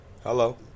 Hello